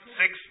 six